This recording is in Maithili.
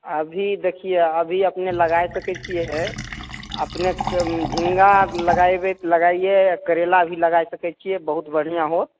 अभी देखियौ अभी अपने लगाइ सकै छियै अपनेके झिँगा लगैबे लगायै करैला भी लगाइ सकै छियै बहुत बढ़िआँ होत